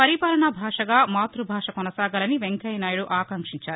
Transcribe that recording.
పరిపాలనాభాషగా మాత్బభాష కొనసాగాలని వెంకయ్యనాయుడు ఆకాంక్షించారు